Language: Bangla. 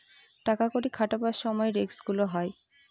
টাকা কড়ি খাটাবার সময় রিস্ক গুলো হয়